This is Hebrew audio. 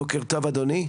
בוקר טוב אדוני,